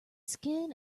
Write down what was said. skin